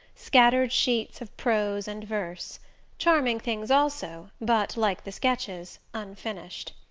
scattered sheets of prose and verse charming things also, but, like the sketches, unfinished.